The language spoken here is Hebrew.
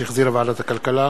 שהחזירה ועדת הכלכלה,